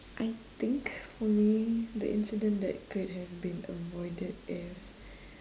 I think for me the incident that could have been avoided if